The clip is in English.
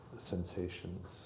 sensations